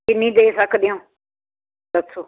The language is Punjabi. ਕਿੰਨੀ ਦੇ ਸਕਦੇ ਹੋ ਦੱਸੋ